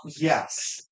yes